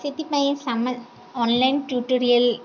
ସେଥିପାଇଁ online tutorial